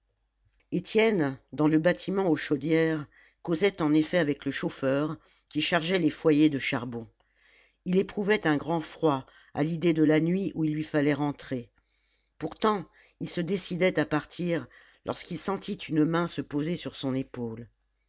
étienne dans le bâtiment aux chaudières causait en effet avec le chauffeur qui chargeait les foyers de charbon il éprouvait un grand froid à l'idée de la nuit où il lui fallait rentrer pourtant il se décidait à partir lorsqu'il sentit une main se poser sur son épaule